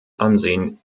ansehen